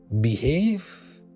behave